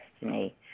destiny